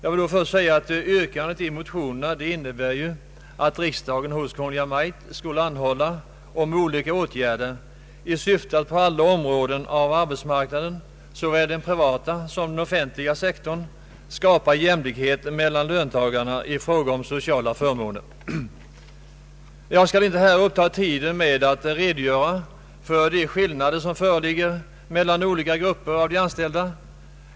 Yrkandet i motionerna innebär att riksdagen hos Kungl. Maj:t skulle anhålla om olika åtgärder i syfte att på alla områden av arbetsmarknaden, såväl den privata som den offentliga sektorn, skapa jämlikhet mellan löntagarna i fråga om sociala förmåner. Jag skall inte här uppta tiden med att redogöra för de skillnader som föreligger mellan olika grupper av de anställda.